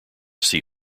see